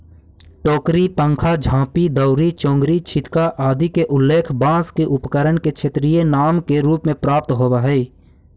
टोकरी, पंखा, झांपी, दौरी, चोंगरी, छितका आदि के उल्लेख बाँँस के उपकरण के क्षेत्रीय नाम के रूप में प्राप्त होवऽ हइ